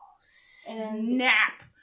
Snap